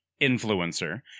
influencer